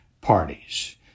parties